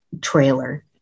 trailer